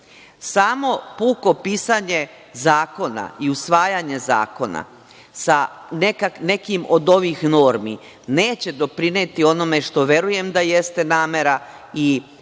puko pisanje zakona i usvajanje zakona sa nekim od ovih normi neće doprineti onome što verujem da jeste namera i